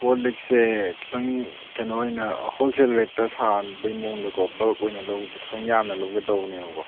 call ꯂꯤꯛꯁꯦ ꯈꯖꯤꯛꯇꯪ ꯀꯩꯅꯣ ꯑꯣꯏꯅ ꯍꯣꯜꯁꯦꯜ ꯔꯦꯠꯇ ꯁꯥꯕꯒꯤ ꯃꯑꯣꯡꯗꯀꯣ ꯕꯜꯛ ꯑꯣꯏꯅ ꯂꯧꯕꯒꯤ ꯈꯖꯤꯛꯇꯪ ꯌꯥꯝꯅ ꯂꯧꯒꯦ ꯇꯧꯕꯅꯦꯕꯀꯣ